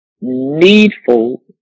needful